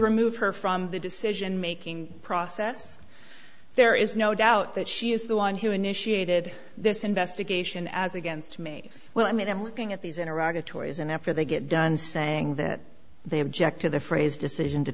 remove her from the decision making process there is no doubt that she is the one who initiated this investigation as against me well i mean i'm looking at these in iraq a tour is an after they get done saying that they object to the phrase decision to